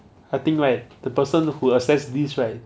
I think right the person who assess this right